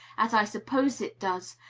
as i suppose it does,